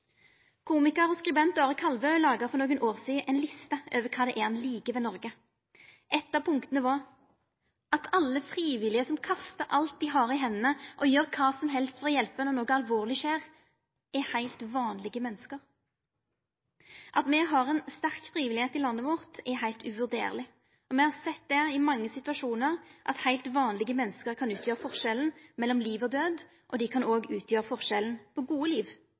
Komikar og skribent Are Kalvø laga for nokre år sidan ei liste over kva det var han likte ved Noreg. Eitt av punkta var at alle frivillige som kastar alt dei har i hendene og gjer kva som helst for å hjelpa når noko alvorleg skjer, er heilt vanlege menneske. At me har ein sterk frivillig innsats i landet vårt, er heilt uvurderleg. Me har i mange situasjonar sett at heilt vanlege menneske kan utgjera forskjellen mellom liv og død, og dei kan òg utgjera forskjellen mellom gode liv